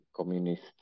Communist